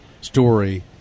story